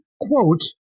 quote